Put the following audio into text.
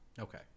Okay